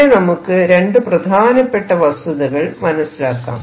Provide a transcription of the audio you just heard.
ഇവിടെ നമുക്ക് രണ്ടു പ്രധാനപ്പെട്ട വസ്തുതകൾ മനസിലാക്കാം